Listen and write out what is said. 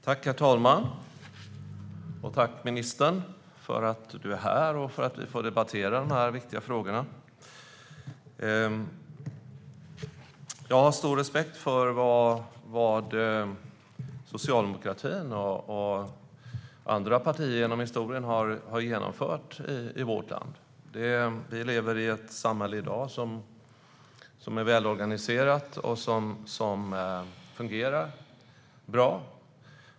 Fru talman! Jag tackar ministern för att hon är här och för att vi får debattera dessa viktiga frågor. Jag har stor respekt för vad socialdemokratin och andra partier genom historien har genomfört i vårt land. Vi lever i dag i ett samhälle som är välorganiserat och som fungerar bra.